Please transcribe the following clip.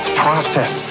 process